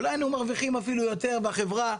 אולי היינו מרווחים אפילו יותר בחברה,